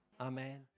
Amen